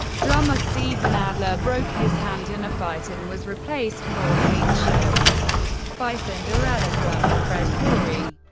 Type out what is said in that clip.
drummer steven adler broke his hand in a fight, and was replaced for eight shows by cinderella drummer fred coury.